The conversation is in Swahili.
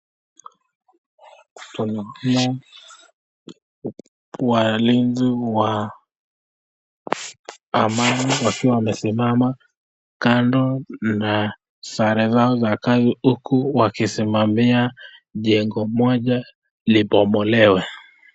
Hapa naona walinzi wa amani wakiwa wamesimama kando na sare zao za kazi huku wakisimamia jengo moja libomolewe.